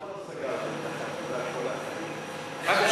תגיד, למה לא סגרתם את החטיבה, את כל הכספים?